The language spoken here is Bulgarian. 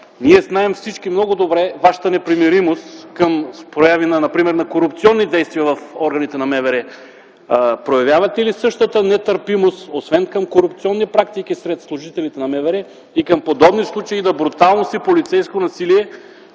знаем много добре Вашата непримиримост към прояви, например, на корупционни действия в органите на МВР. Проявявате ли същата нетърпимост, освен към корупционни практики сред служителите на МВР, и към подобни случаи на бруталност и полицейско насилие,